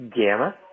Gamma